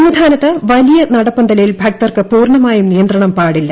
സന്നിധാനത്ത് വലിയ നടപ്പന്തലിൽ ഭക്തർക്ക് പൂർണ്ണമായും നിയന്ത്രണം പാടില്ല